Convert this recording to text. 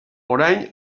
orain